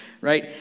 right